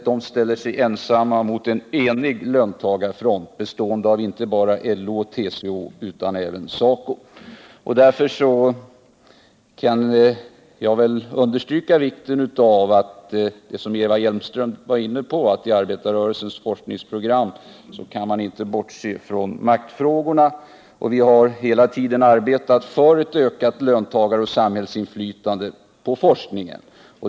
De står ensamma mot en enig löntagarfront, bestående inte bara av LO och TCO utan även av SACO. Därför kan jag understryka vikten av vad Eva Hjelmström var inne på, nämligen att man i arbetarrörelsens forskningsprogram inte kan bortse från maktfrågorna. Heia tiden har vi arbetat för en ökning av löntagaroch samhällsinflytandet när det gäller forskningen.